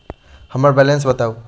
हम्मर बैलेंस बताऊ